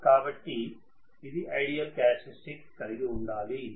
కాబట్టి ఇది ideal characteristics కలిగి ఉండాలి